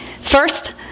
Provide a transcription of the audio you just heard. First